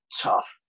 tough